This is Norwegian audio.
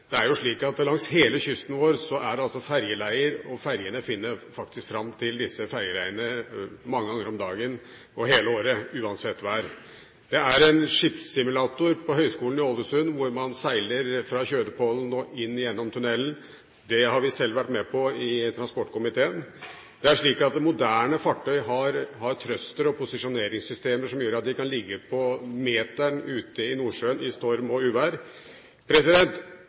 Det er slik at det langs hele kysten vår er ferjeleier, og ferjene finner faktisk fram til disse ferjeleiene mange ganger om dagen, hele året – uansett vær. Det er en skipssimulator på Høgskolen i Ålesund hvor man seiler fra Kjødepollen og inn gjennom tunnelen. Det har vi selv vært med på i transportkomiteen. Moderne fartøy har thrustere og posisjoneringssystemer som gjør at de kan ligge på meteren ute i Nordsjøen i storm og uvær.